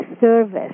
service